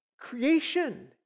Creation